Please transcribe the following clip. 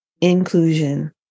inclusion